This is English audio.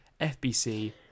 FBC